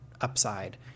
upside